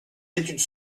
études